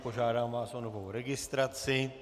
Požádám vás o novou registraci.